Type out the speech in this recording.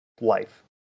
life